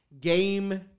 game